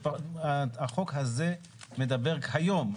החוק הזה מדבר כיום,